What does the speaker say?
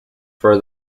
for